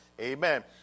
amen